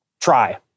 try